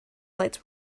lights